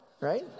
right